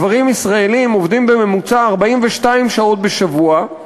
גברים ישראלים עובדים בממוצע 42 שעות בשבוע.